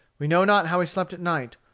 we know not how he slept at night,